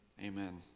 Amen